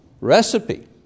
recipe